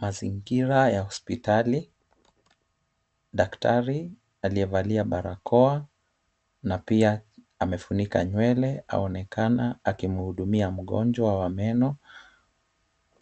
Mazingira ya hospitali, daktari aliyevalia barakoa na pia amefunika nywele anaonekana akihudumia mgonjwa wa meno.